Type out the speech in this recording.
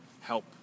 help